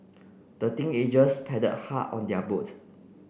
the teenagers paddled hard on their boat